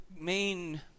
main